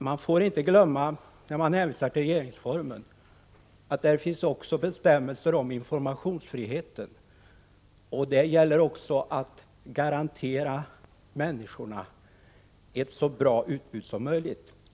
Man får inte glömma, när man hänvisar till regeringsformen, att där finns också bestämmelser om informationsfriheten — det gäller också att garantera människorna ett så bra utbud som möjligt.